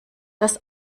das